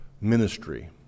ministry